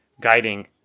guiding